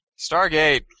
Stargate